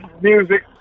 music